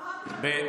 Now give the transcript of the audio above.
אמרתי לו,